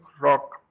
rock